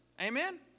Amen